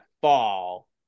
fall